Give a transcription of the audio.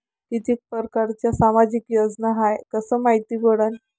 कितीक परकारच्या सामाजिक योजना हाय कस मायती पडन?